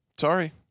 Sorry